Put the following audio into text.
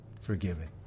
forgiven